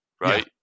right